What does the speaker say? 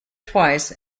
twice